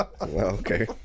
okay